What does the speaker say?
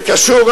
זה קשור,